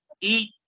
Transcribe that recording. eat